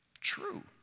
True